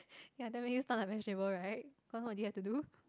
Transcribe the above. ya that made you stunt like vegetable right cause what did you have to do